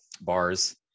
bars